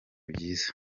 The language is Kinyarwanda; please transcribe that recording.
byiza